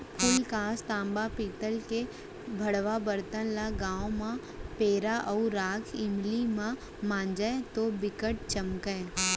फूलकास, तांबा, पीतल के भंड़वा बरतन ल गांव म पैरा अउ राख इमली म मांजय तौ बिकट चमकय